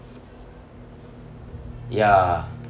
ya